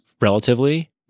relatively